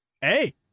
hey